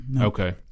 Okay